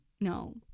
no